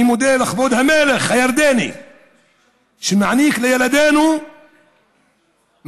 אני מודה לכבוד המלך הירדני שמעניק לילדינו מלגות